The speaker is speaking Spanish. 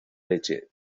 leche